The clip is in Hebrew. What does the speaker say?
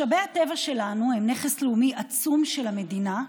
משאבי הטבע שלנו הם נכס לאומי עצום של המדינה,